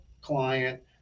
client